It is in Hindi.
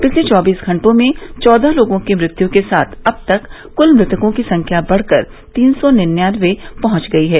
पिछले चौबीस घंटों में चौदह लोगों की मृत्यु के साथ अब तक कुल मृतकों की संख्या बढ़कर तीन सौ निन्यानवे पहुंच गई है